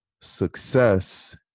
success